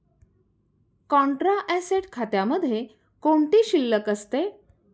Contra asset खात्यामध्ये कोणती शिल्लक असते?